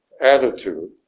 attitude